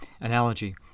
analogy